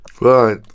Right